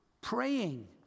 praying